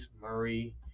Murray